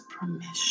permission